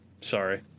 Sorry